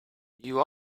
you